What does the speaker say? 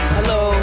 Hello